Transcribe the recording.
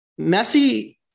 Messi